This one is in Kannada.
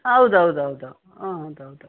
ಹೌದ್ ಹೌದ್ ಹೌದು ಹಾಂ ಹೌದ್ ಹೌದ್